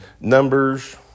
Numbers